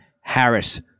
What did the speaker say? Harris